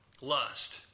lust